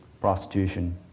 prostitution